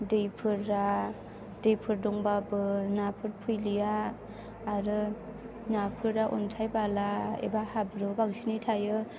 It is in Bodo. दैफोर दंबाबो नाफोर फैलिया आरो नाफोरा अनथाइ बाला एबा हाब्रुआव बांसिनै थायो